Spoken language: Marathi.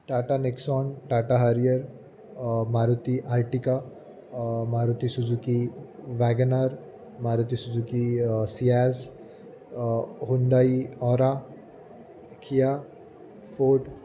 Tata Nexon Tata Harrier Maruti Ertiga Maruti Suzuki WagonR Maruti Suzuki Ciaz Hyundai Aura Kia fort